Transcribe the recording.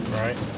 right